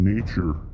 Nature